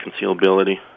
concealability